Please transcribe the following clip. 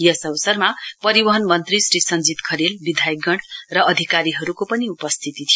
यस अवसरमा परिवहन मन्त्री श्री सञ्जीत खरेल विधायकगण र अधिकारीहरुको पनि उपस्थिती थियो